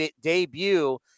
debut